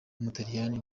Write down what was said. w’umutaliyani